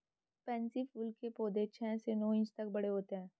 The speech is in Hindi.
पैन्सी फूल के पौधे छह से नौ इंच तक बड़े होते हैं